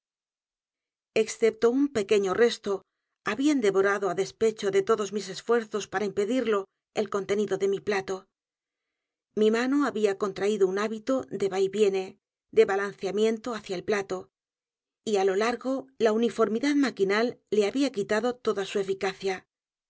excepto un pequeño resto habían devorado á despecho de todos mis esfuerzos p a r a impedirlo el contenido del plato mi mano había contraído un hábito de va y viene de balanceamiento hacia el plato y á lo largo la uniformidad maquinal le había quitado toda su eficacia